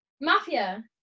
Mafia